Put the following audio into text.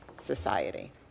society